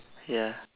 ya